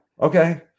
okay